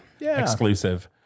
exclusive